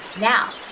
now